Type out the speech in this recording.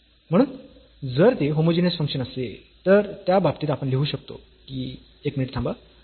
म्हणून जर ते होमोजीनियस फंक्शन असेल तर त्या बाबतीत आपण लिहू शकतो की एक मिनिट थांबा